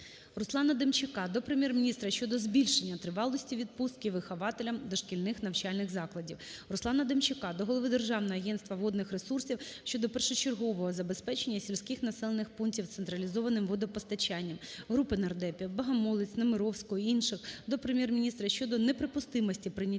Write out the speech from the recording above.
Руслана Демчака до Прем'єр-міністра щодо збільшення тривалості відпустки вихователям дошкільних навчальних закладів. Руслана Демчака до голови Державного агентства водних ресурсів щодо першочергового забезпечення сільських населених пунктів централізованим водопостачанням. Групи народних депутатів (Богомолець, Немировського інших) до Прем'єр-міністра щодо неприпустимості прийняття